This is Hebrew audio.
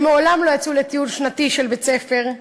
שמעולם לא יצאו לטיול שנתי של בית-ספר,